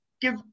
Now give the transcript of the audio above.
give